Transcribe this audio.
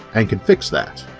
and can fix that.